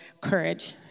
courage